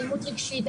אלימות רגשית,